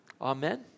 Amen